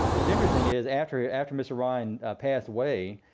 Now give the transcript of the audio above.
what's interesting is after yeah after mr. rind passed away,